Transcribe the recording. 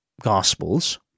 Gospels